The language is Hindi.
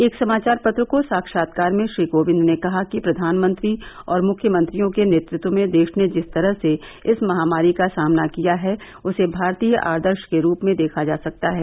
एक समाचार पत्र को साक्षात्कार में श्री कोविंद ने कहा कि प्रधानमंत्री और मुख्यमंत्रियों के नेतृत्व में देश ने जिस तरह से इस महामारी का सामना किया है उसे भारतीय आदर्श के रूप में देखा जा सकता है